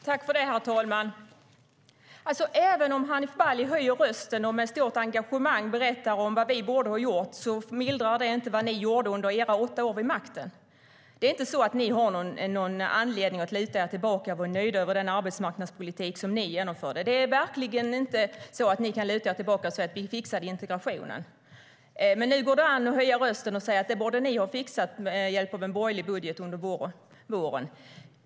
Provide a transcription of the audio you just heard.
Herr talman! Även om Hanif Bali höjer rösten och med stort engagemang berättar om vad vi borde ha gjort mildrar inte det vad ni gjorde under era åtta år vid makten. Det är inte så att ni har någon anledning att luta er tillbaka och vara nöjda över den arbetsmarknadspolitik som ni genomförde. Det är verkligen inte så att ni kan luta er tillbaka och säga: Vi fixade integrationen. Men nu går det an att höja rösten och säga: Det borde ni ha fixat med hjälp av en borgerlig budget under våren.